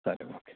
ಸರಿ ಓಕೆ